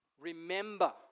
Remember